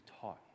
taught